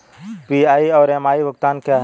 PI और MI भुगतान क्या हैं?